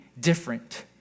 different